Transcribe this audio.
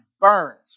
burns